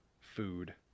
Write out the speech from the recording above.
food